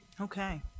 Okay